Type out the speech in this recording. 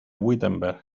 wittenberg